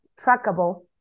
trackable